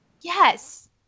Yes